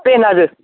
pain हजुर